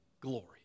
glory